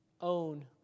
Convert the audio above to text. own